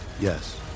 Yes